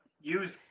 use